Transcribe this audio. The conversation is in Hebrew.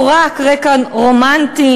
או רק רקע רומנטי,